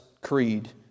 Creed